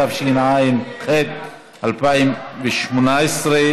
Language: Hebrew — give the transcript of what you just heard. התשע"ח 2018,